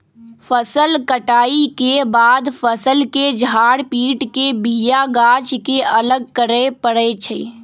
फसल कटाइ के बाद फ़सल के झार पिट के बिया गाछ के अलग करे परै छइ